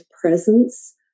presence